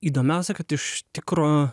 įdomiausia kad iš tikro